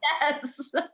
Yes